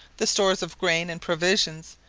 the stores of grain and provisions,